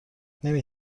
نمی